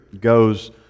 goes